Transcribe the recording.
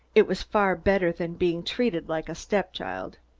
it was far better than being treated like a stepchild.